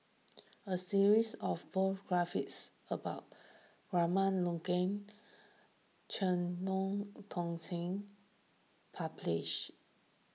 a series of biographies about Abraham Logan Chen Eu Tong Sen published